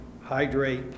hydrate